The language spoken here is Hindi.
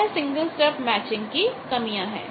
यह सिंगल स्टब मैचिंग की कमियां है